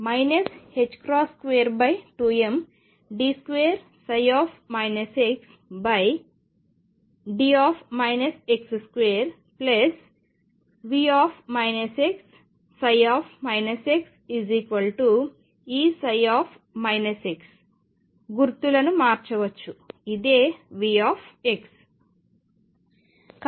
22md2 xd2 V x xEψ గుర్తులను మార్చవచ్చు ఇదే V